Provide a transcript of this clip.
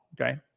Okay